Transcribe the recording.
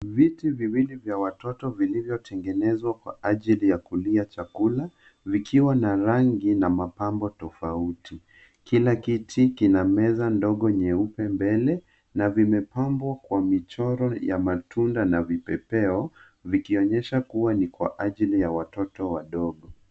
Viti viwilo vya watoto vilivyotegenezwa kwa ajili ya kukulia chakula vikiwa na rangi na mapambo tofauti. Kila kiti kina meza ndogo nyeupe mbele na vimepambwa kwa michoro ya matundo na vipepeo vikionyesha ni kwa ajili ya watoto wadogo.